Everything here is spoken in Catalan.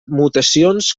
mutacions